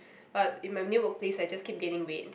but in my new workplace I just keep gaining weight